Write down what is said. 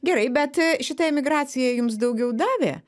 gerai bet šita emigracija jums daugiau davė